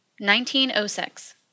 1906